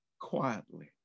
Quietly